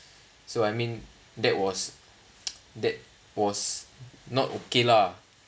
so I mean that was that was not okay lah